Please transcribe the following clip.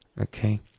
okay